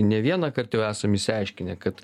ne vieną kart jau esam išsiaiškinę kad